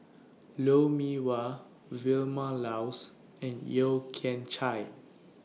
Lou Mee Wah Vilma Laus and Yeo Kian Chai